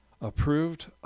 approved